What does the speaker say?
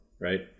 right